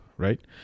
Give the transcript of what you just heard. Right